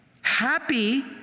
happy